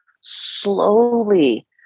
slowly